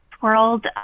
world